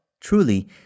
truly